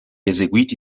eseguiti